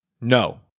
No